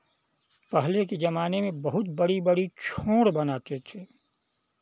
पहले के ज़माने में बहुत बड़ी बड़ी छोर बनाते थे